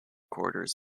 corridors